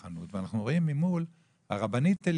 אני עבדתי בחנות של אמא שלי, היא